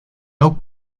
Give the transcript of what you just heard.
oak